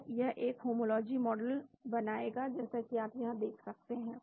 तो यह एक होमोलॉजी मॉडल बनाएगा जैसा कि आप यहां देख सकते हैं